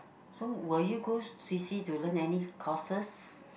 so will you go C_C to learn any courses